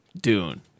Dune